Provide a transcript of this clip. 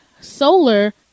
Solar